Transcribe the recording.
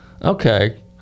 Okay